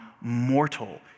mortal